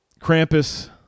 Krampus